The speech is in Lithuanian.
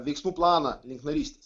veiksmų planą link narystės